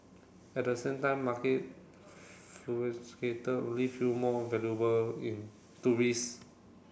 at the same time market leave you more valuable in to risk